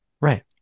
Right